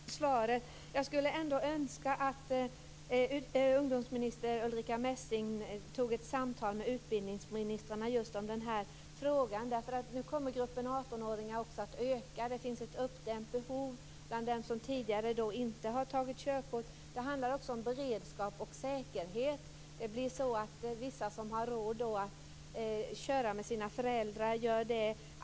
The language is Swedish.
Fru talman! Jag tackar för svaret. Jag skulle ändå önska att ungdomsminister Ulrica Messing tog ett samtal med utbildningsministrarna just om den här frågan. Nu kommer gruppen 18-åringar också att öka. Det finns ett uppdämt behov bland dem som tidigare inte har tagit körkort. Det handlar också om beredskap och säkerhet. Det blir så att vissa som har råd att köra med sina föräldrar gör det.